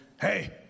hey